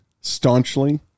staunchly